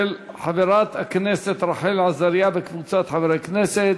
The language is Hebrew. של חברת הכנסת רחל עזריה וקבוצת חברי הכנסת.